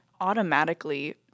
automatically